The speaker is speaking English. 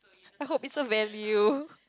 I hope it's a value